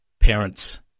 parents